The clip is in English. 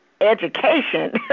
education